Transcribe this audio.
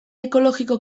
ekologiko